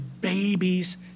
babies